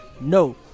No